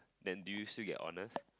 then do you still get honours